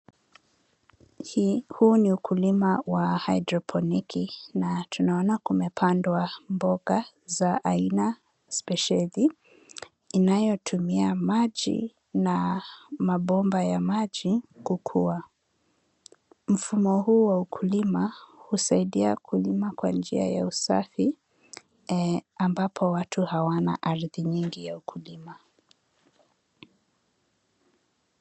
Huu ni ukulima wa haidroponiki na tunaona kumepandwa mboga za aina spesheli inayotumia maji na mabomba ya maji kukua. Mfumo huu wa ukulima husaidia kulima kwa njia ya usafi ambapo watu hawana ardhi nyingi ya ukulima.